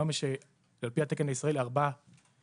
היום יש על פי התקן הישראלי ארבע קטגוריות.